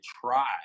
try